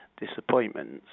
disappointments